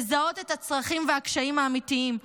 לזהות את הצרכים והקשיים האמיתיים,